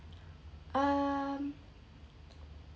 um